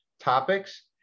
topics